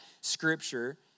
scripture